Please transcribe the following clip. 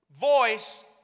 voice